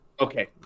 Okay